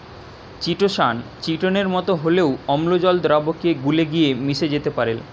chitosan চিটোনের মতো হলেও অম্লজল দ্রাবকে গুলে গিয়ে মিশে যেতে পারেল